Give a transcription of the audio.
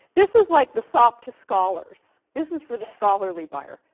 this is like the sop to scholars. this is for the scholarly buyer.